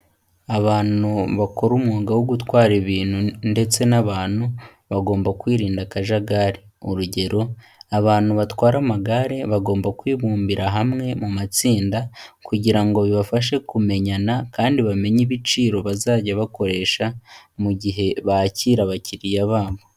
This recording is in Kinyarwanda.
Abantu bakora umwuga wo gutwara ibintu ndetse n'abantu bagomba kwirinda akajagari, urugero abantu batwara amagare bagomba kwibumbira hamwe mu matsinda, kugira ngo bibafashe kumenyana kandi bamenye ibiciro bazajya bakoresha mu gihe bakira abakiriya babo.